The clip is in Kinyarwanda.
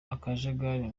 akajagari